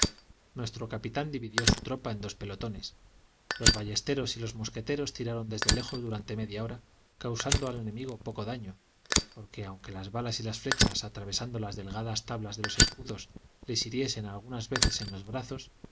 nuestro capitán dividió su tropa en dos pelotones los ballesteros y los mosqueteros tiraron desde lejos durante media hora causando al enemigo poco daño porque aunque las balas y las flechas atravesando las delgadas tablas de los escudos les hiriesen algunas veces en los brazos